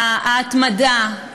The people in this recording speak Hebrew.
ההתמדה,